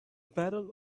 barrel